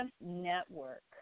network